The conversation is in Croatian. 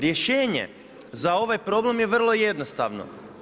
Rješenje za ovaj problem je vrlo jednostavno.